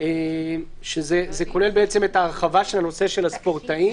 שזה כולל את ההרחבה של הנושא של הספורטאים.